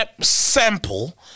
sample